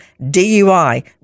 DUI